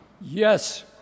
Yes